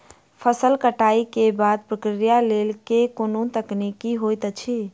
फसल कटाई केँ बादक प्रक्रिया लेल केँ कुन तकनीकी होइत अछि?